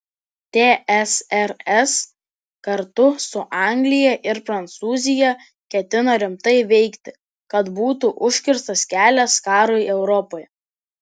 tsrs kartu su anglija ir prancūzija ketino rimtai veikti kad būtų užkirstas kelias karui europoje